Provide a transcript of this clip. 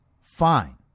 Fine